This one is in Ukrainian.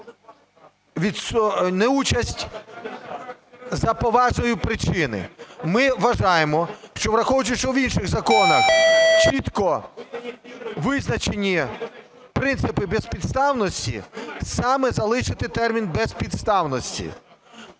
неучасть за поважної причини. Ми вважаємо, що враховуючи, що в інших законах чітко визначені принципи безпідставності, саме залишити термін "безпідставності".